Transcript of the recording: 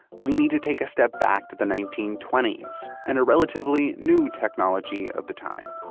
we need to take a step back to the nineteen twenty s, and a relatively new technology of the time,